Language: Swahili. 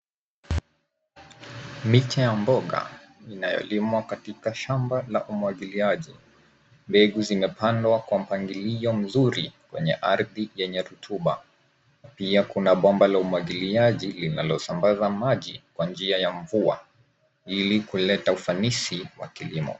Miche ya mboga inayolimwa katika shamba la umwagiliaji. Mbegu zimepandwa kwa mapngilio mzuri kwenye ardhi yenye rutuba pia kuna bomba la umwagiliaji linalosambaza maji kwa njia ya mvua ili kuleta ufanisi wa kilimo.